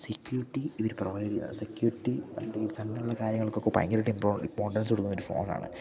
security ഇവര് provide ചെയ്യാ security അങ്ങനുള്ള കാര്യങ്ങൾക്കൊക്കെ ഭയങ്കരായിട്ട് ഇമ്പ ഇമ്പോർട്ടൻസ് കൊടുക്കുന്ന ഒരു ഫോണാണ്